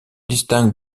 distingue